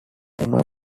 emma